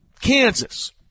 Kansas